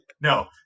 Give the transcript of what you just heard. no